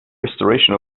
restoration